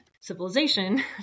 civilization